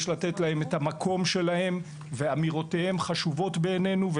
יש לתת להם את המקום שלהם ואמירותיהם חשובות בעינינו.